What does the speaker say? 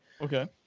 Okay